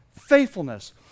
faithfulness